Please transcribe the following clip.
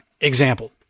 Example